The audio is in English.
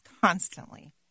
constantly